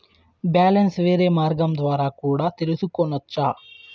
Balance వేరే మార్గం ద్వారా కూడా తెలుసుకొనొచ్చా?